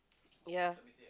ya